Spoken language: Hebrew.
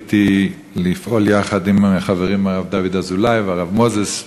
שזכיתי לפעול בה יחד עם החברים דוד אזולאי והרב מוזס,